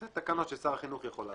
אלה תקנות ששר החינוך יכול להתקין.